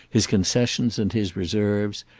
his concessions and his reserves,